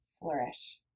flourish